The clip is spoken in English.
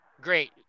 great